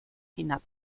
hinab